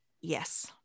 yes